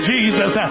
Jesus